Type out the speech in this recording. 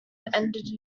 ended